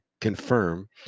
confirm